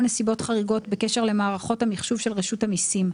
נסיבות חריגות בקשר למערכות המחשוב של רשות המיסים,